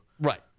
Right